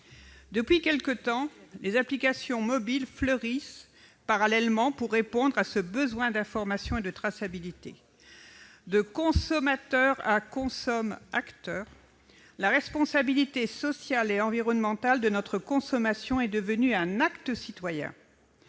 Depuis quelque temps, les applications mobiles fleurissent parallèlement pour répondre à ce besoin d'information et de traçabilité. De consommateur à « consomm'acteur », la responsabilité sociale et environnementale de notre consommation est devenue un acte citoyen.